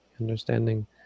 understanding